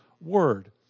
Word